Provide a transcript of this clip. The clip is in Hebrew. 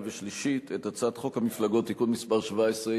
ושלישית את הצעת חוק המפלגות (תיקון מס' 17),